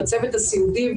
בצוות הסיעודי,